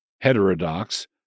heterodox